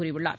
கூறியுள்ளார்